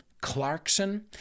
Clarkson